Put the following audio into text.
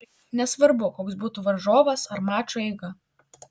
nesvarbu koks būtų varžovas ar mačo eiga